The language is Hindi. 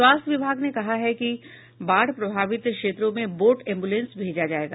स्वास्थ्य विभाग ने कहा है कि बाढ़ प्रभावित क्षेत्रों में बोट एम्बुलेंस भेजा जायेगा